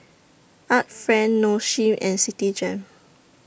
Art Friend Nong Shim and Citigem